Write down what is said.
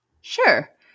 Sure